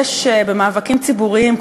יש במאבקים ציבוריים,